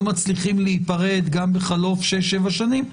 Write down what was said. מצליחים להיפרד גם בחלוף שש-שבע שנים,